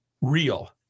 real